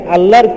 Allah